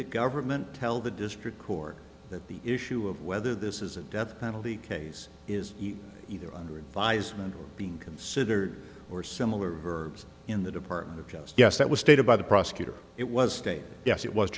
the government tell the district court that the issue of whether this is a death penalty case is either under advisement or being considered or similar verbs in the department of justice that was stated by the prosecutor it was stated yes it was